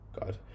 god